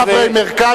אין חברי מרכז